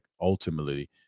ultimately